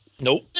nope